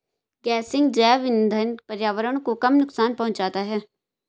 गेसिंग जैव इंधन पर्यावरण को कम नुकसान पहुंचाता है